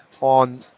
on